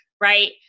right